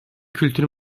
kültür